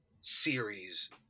series